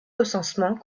recensements